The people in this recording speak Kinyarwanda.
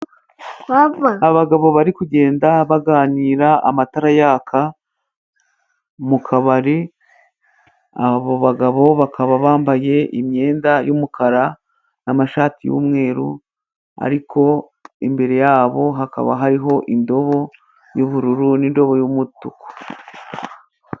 Abagabo bari kugenda baganira amatara yaka， mu kabari，abo bagabo bakaba bambaye imyenda y'umukara， n'amashati y'umweru，ariko imbere yabo hakaba hariho n' indobo y'umutuku.